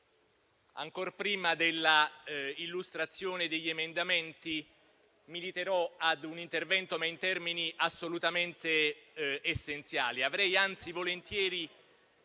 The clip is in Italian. ancor prima dell'illustrazione degli emendamenti, mi limiterò a svolgere un intervento in termini assolutamente essenziali.